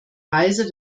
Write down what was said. weise